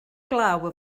glaw